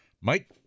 Mike